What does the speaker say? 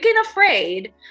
afraid